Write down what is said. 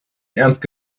ernst